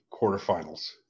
quarterfinals